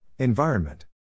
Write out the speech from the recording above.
Environment